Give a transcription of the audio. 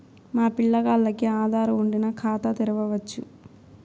మా పిల్లగాల్లకి ఆదారు వుండిన ఖాతా తెరవచ్చు